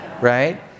Right